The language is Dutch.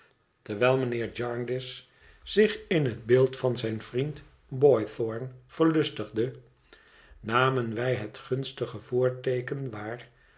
terwijl mijnheer jarndyce zich in het beeld van zijn vriend boythorn verlustigde namen wij het gunstige voorteeken waar